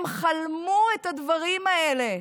הם חלמו את הדברים האלה,